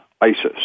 ISIS